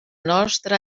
nostra